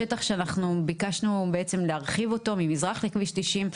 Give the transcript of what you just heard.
השטח שאנחנו ביקשנו בעצם להרחיב אותו ממזרח לכביש 90,